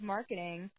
Marketing